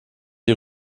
die